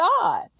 God